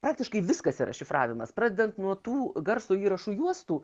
praktiškai viskas yra šifravimas pradedant nuo tų garso įrašų juostų